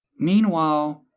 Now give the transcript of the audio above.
meanwhile,